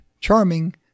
charming